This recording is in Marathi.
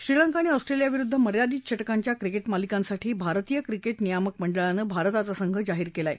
श्रीलंका आणि ऑस्ट्रेलियाविरुद्ध मर्यादित षटकांच्या क्रिकेट मालिकांसाठी भारतीय क्रिकेट नियामक मंडळानं भारताचा संघ जाहीर केला आहे